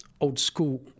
old-school